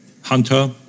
hunter